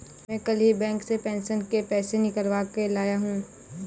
मैं कल ही बैंक से पेंशन के पैसे निकलवा के लाया हूँ